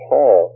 Paul